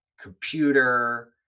Computer